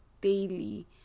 daily